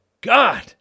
God